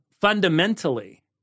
fundamentally